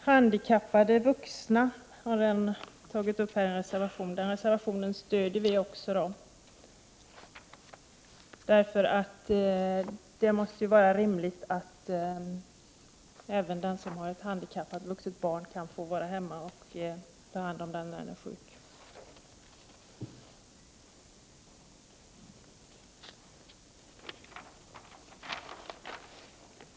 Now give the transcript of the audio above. Handikappade vuxna har tagits upp i en reservation, och den reservationen stöder vi också. Det måste vara rimligt att även den som har ett handikappat vuxet barn kan få vara hemma och ta hand om det vid sjukdom.